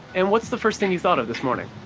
and what's the first thing you thought of this morning?